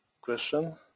question